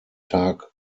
tag